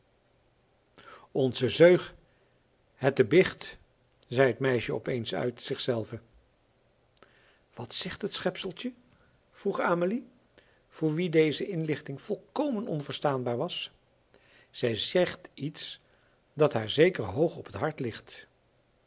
onze zeug het ebigd zei het meisje opeens uit zichzelve wat zegt het schepseltje vroeg amelie voor wie deze inlichting volkomen onverstaanbaar was zij zegt iets dat haar zeker hoog op t hart ligt